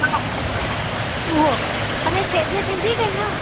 हा हा हा उहो अञा छेज थींदी की न